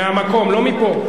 לא מפה.